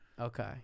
Okay